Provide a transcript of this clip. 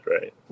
right